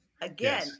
Again